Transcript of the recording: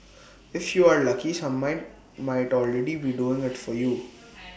if you are lucky some might might already be doing IT for you